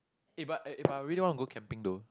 eh but eh if I really want to go camping though